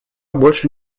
больше